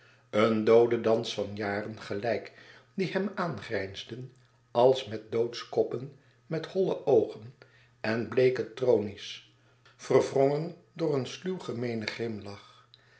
een doodendans van jaren gelijk die hem aangrijnsden als met doodskoppen met holle oogen en bleeke tronies verwrongen door een sluw gemeenen grimlach